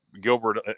Gilbert